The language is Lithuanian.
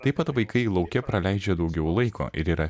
taip pat vaikai lauke praleidžia daugiau laiko ir yra